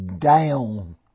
down